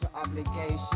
obligation